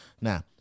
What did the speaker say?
Now